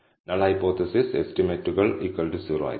null hypothesis എസ്റ്റിമേറ്റുകൾ 0 ആയിരിക്കും